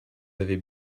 avez